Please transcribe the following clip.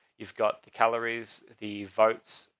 you've got the calories, the votes,